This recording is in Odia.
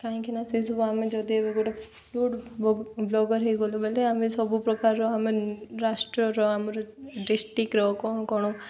କାହିଁକିନା ସେସବୁ ଆମେ ଯଦି ଏବେ ଗୋଟେ ଫୁଡ଼ ବ୍ଲଗର୍ ହେଇଗଲୁ ବୋଲେ ଆମେ ସବୁପ୍ରକାରର ଆମେ ରାଷ୍ଟ୍ରର ଆମର ଡିଷ୍ଟ୍ରିକ୍ର କ'ଣ କ'ଣ